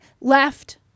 left